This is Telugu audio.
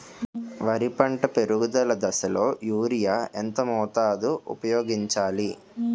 వరి పంట పెరుగుదల దశలో యూరియా ఎంత మోతాదు ఊపయోగించాలి?